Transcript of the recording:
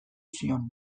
zion